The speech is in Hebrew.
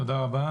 תודה רבה.